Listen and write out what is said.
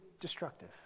destructive